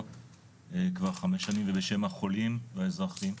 כבר חמש שנים ובשם החולים והאזרחים,